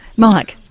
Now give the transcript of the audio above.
mike.